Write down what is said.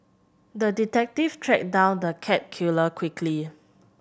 the detective tracked down the cat killer quickly